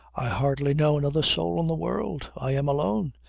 i hardly know another soul in the world. i am alone.